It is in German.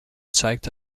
zeigte